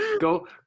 Go